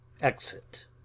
Exit